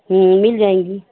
मिल जाएँगी